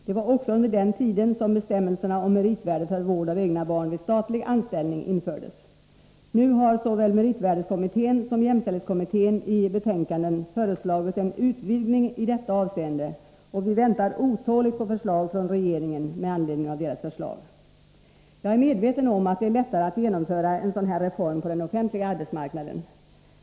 Det var också under den tiden som bestämmelserna om att vård av egna barn får räknas som merit vid statlig anställning infördes. Nu har såväl meritutredningen som jämställdhetskommittén i betänkanden föreslagit en utvidgning av denna rätt, och vi väntar otåligt på förslag från regeringen med anledning av dessa betänkanden. Jag är medveten om att det är lättare att genomföra en sådan här reform på den offentliga arbetsmarknaden.